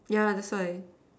yeah that's why